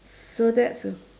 so that's a